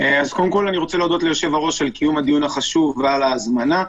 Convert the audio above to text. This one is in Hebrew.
רוצה להודות ליושב-הראש על קיום הדיון החשוב ועל ההזמנה.